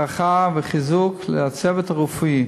ברכה וחיזוק לצוות הרפואי